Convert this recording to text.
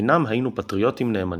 לחנם הינו פטריוטים נאמנים.